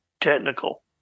technical